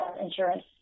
insurance